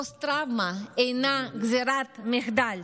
פוסט-טראומה אינה גזרת גורל,